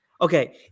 okay